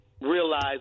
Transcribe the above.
realize